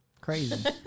Crazy